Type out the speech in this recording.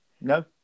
no